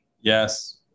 Yes